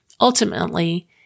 ultimately